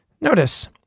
Notice